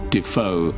Defoe